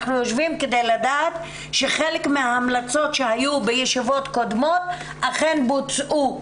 אנחנו יושבים כדי לדעת שחלק מההמלצות שהיו בישיבות קודמות אכן בוצעו.